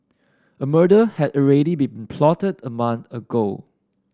a murder had already been plotted a month ago